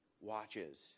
watches